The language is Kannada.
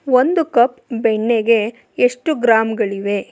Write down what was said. ಒಂದು ಕಪ್ ಬೆಣ್ಣೆಗೆ ಎಷ್ಟು ಗ್ರಾಮ್ಗಳಿವೆ